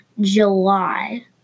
July